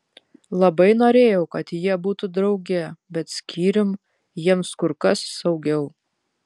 labai norėjau kad jie būtų drauge bet skyrium jiems kur kas saugiau